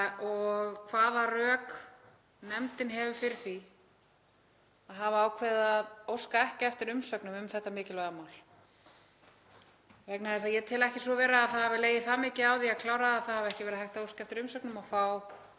og hvaða rök nefndin hefur fyrir því að hafa ákveðið að óska ekki eftir umsögnum um þetta mikilvæga mál. Ég tel ekki að það hafi legið svo mikið á því að klára það að ekki hafi verið hægt að óska eftir umsögnum og fá